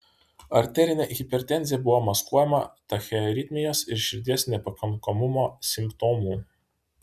arterinė hipertenzija buvo maskuojama tachiaritmijos ir širdies nepakankamumo simptomų